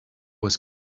was